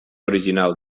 original